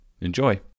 Enjoy